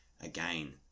again